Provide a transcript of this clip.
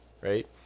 right